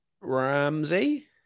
Ramsey